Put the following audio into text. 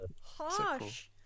Harsh